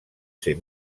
ser